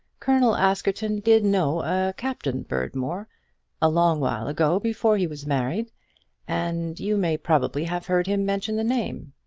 colonel askerton did know a captain berdmore a long while ago, before he was married and you may probably have heard him mention the name.